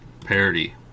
parody